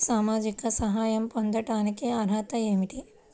సామాజిక సహాయం పొందటానికి అర్హత ఏమిటి?